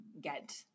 get